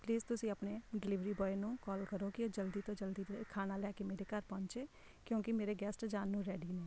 please ਤੁਸੀਂ ਆਪਣੇ delivery boy ਨੂੰ ਕਾਲ ਕਰੋ ਕਿ ਉਹ ਜਲਦੀ ਤੋਂ ਜਲਦੀ ਖਾਣਾ ਲੈ ਕੇ ਮੇਰੇ ਘਰ ਪਹੁੰਚੇ ਕਿਉਂਕਿ ਮੇਰੇ ਗੈਸਟ ਜਾਣ ਨੂੰ ਰੈਡੀ ਨੇ